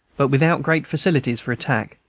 but without great facilities for attack,